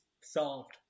solved